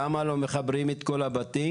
למה לא מחברים את כל הבתים?